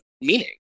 meaning